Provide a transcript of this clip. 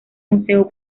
museo